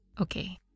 Okay